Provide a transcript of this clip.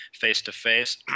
face-to-face